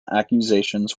accusations